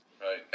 Right